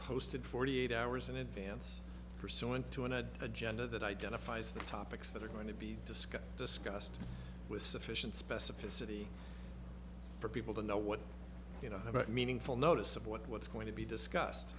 posted forty eight hours in advance pursuant to an agenda that identifies the topics that are going to be discussed discussed with sufficient specificity for people to know what you know about meaningful notice of what's going to be discussed